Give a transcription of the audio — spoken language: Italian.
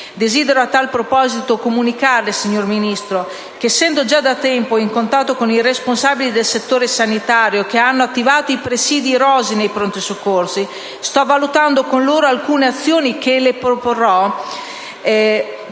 Desidero a tal proposito comunicarle, signora Vice Ministro, che essendo già da tempo in contatto con i responsabili del settore sanitario che hanno attivato i presidi in Rosa nei Pronto soccorso, sto valutando con loro alcune azioni - che le proporrò